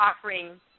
offering